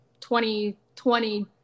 2020